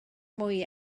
mwy